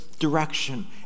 Direction